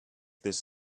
this